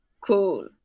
Cool